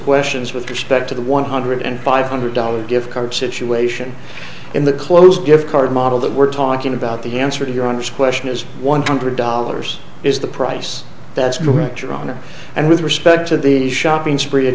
questions with respect to the one hundred and five hundred dollars gift card situation in the closed gift card model that we're talking about the answer to your honest question is one hundred dollars is the price that's correct your honor and with respect to the shopping spree